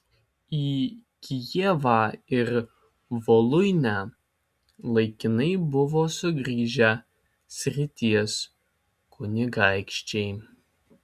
į kijevą ir voluinę laikinai buvo sugrįžę srities kunigaikščiai